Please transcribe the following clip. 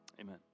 amen